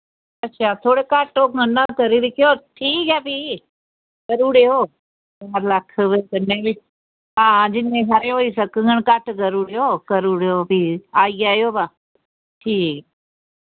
अच्छा थोह्ड़े घट्ट होङन तां करी दिक्खे ओ ठीक ऐ फ्ही करूड़ेओ चार लक्ख कन्नै बी हां जिन्ने हारे होई सकगङ घट्ट करुड़ेओ करुड़ेओ फ्ही आई जाओ बा ठीक